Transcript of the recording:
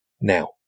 now